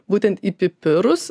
būtent į pipirus